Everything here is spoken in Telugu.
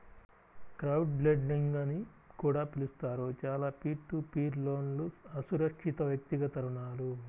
క్రౌడ్లెండింగ్ అని కూడా పిలుస్తారు, చాలా పీర్ టు పీర్ లోన్లుఅసురక్షితవ్యక్తిగత రుణాలు